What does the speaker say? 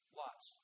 lots